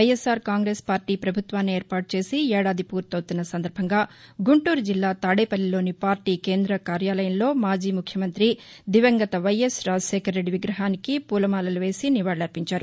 YSR Congress party ప్రభుత్వాన్ని ఏర్పాటు చేసి ఏడాది పూర్తపుతున్న సందర్బంగా గుంటూరు జిల్లా తాడేపల్లిలోని పార్టీ కేంద్ర కార్యాలయంలో మాజీ ముఖ్యమంత్రి దివంగత వైఎస్ రాజశేఖరరెడ్డి విగ్రహానికి పూలమాలలు వేసి నివాకులర్పించారు